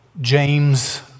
James